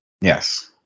Yes